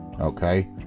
okay